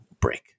break